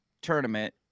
tournament